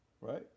Right